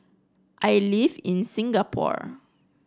I live in Singapore